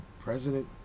President